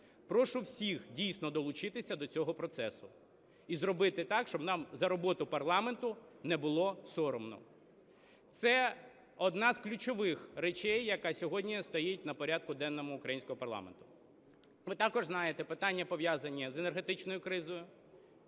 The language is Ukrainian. Прошу всіх дійсно долучитися до цього процесу і зробити так, щоб нам за роботу парламенту не було соромно. Це одна з ключових речей, яка сьогодні стоїть на порядку денному українського парламенту. Ви також знаєте питання, пов'язані з енергетичною кризою,